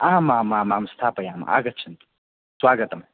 आमामामां स्थापयामः आगच्छन्तु स्वागतं